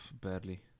Barely